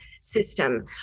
system